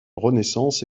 renaissance